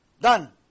Done